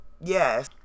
yes